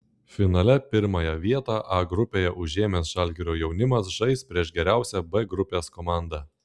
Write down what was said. finale pirmąją vietą a grupėje užėmęs žalgirio jaunimas žais prieš geriausią b grupės komandą